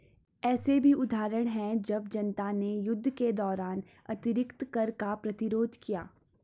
ऐसे भी उदाहरण हैं जब जनता ने युद्ध के दौरान अतिरिक्त कर का प्रतिरोध किया